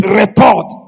report